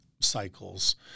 cycles